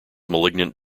malignant